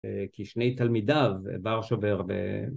כי שני תלמידיו, בר שובר